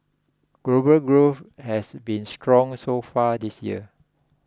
global growth has been strong so far this year